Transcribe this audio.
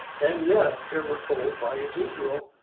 and yet, here we're told by ezekiel,